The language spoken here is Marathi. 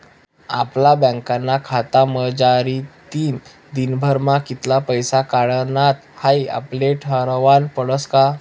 आपला बँकना खातामझारतीन दिनभरमा कित्ला पैसा काढानात हाई आपले ठरावनं पडस का